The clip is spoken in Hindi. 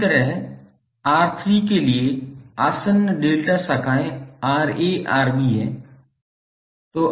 इसी तरह R3 के लिए आसन्न डेल्टा शाखाएं 𝑅𝑎𝑅𝑏 हैं